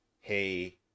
hey